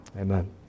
Amen